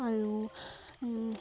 আৰু